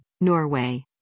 Norway